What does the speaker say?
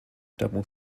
double